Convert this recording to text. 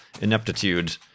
ineptitude